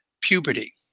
puberty